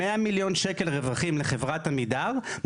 100 מיליון שקל רווחים לחברת עמידר,